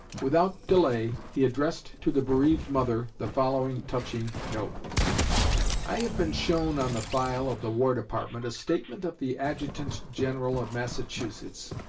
without delay he addressed to the bereaved mother the following touching note i have been shown on the file of the war department a statement of the adjutant-general of massachusetts,